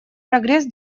прогресс